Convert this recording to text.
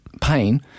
pain